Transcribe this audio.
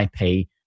IP